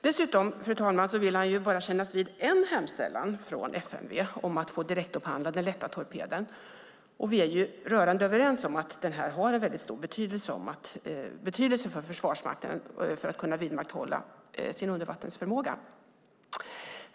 Dessutom, fru talman, vill han bara kännas vid en hemställan från FMV om att få direktupphandla den lätta torpeden - och vi är rörande överens om att den har en stor betydelse för att Försvarsmakten ska kunna vidmakthålla sin undervattensförmåga.